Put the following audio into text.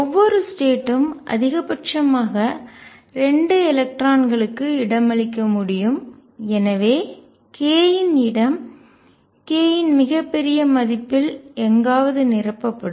ஒவ்வொரு ஸ்டேட் ம் அதிகபட்சமாக 2 எலக்ட்ரான்களுக்கு இடமளிக்க முடியும் எனவே k இன் இடம் k இன் மிகப் பெரிய மதிப்பில் எங்காவது நிரப்பப்படும்